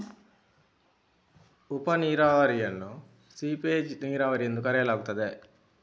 ಉಪ ನೀರಾವರಿಯನ್ನು ಸೀಪೇಜ್ ನೀರಾವರಿ ಎಂದೂ ಕರೆಯಲಾಗುತ್ತದೆ